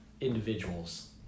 individuals